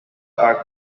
are